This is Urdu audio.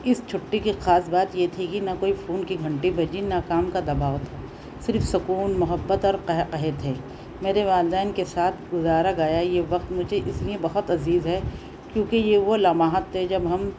اس چھٹی کی خاص بات یہ تھی کہ نہ کوئی فون کی گھنٹی بجی نہ کام کا دباؤ تھا صرف سکون محبت اورقہقہے تھے میرے والدین کے ساتھ گزارا گیا یہ وقت مجھے اس لیے بہت عزیز ہے کیونکہ یہ وہ لمحات تھے جب ہم